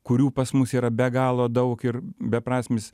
kurių pas mus yra be galo daug ir beprasmis